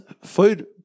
food